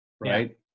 right